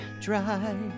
dry